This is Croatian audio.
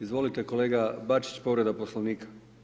Izvolite kolega Bačić povreda Poslovnika.